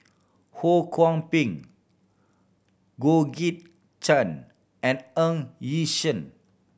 Ho Kwon Ping Georgette Chen and Ng Yi Sheng